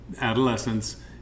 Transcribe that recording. adolescence